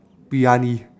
briyani